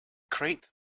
crate